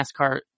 NASCAR